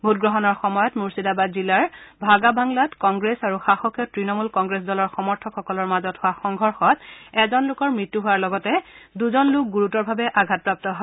ভোটগ্ৰহণৰ সময়ত মুৰ্ছিদাবাদ জিলাৰ ভাগাবাংলাত কংগ্ৰেছ আৰু শাসকীয় তৃণমূল কংগ্ৰেছ দলৰ সমৰ্থকসকলৰ মাজত হোৱা সংঘৰ্ষত এজন লোকৰ মৃত্যু হোৱাৰ লগতে দূজন লোক গুৰুতৰভাৱে আঘাতপ্ৰাপ্ত হয়